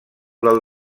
del